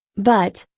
but,